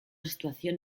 situación